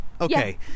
Okay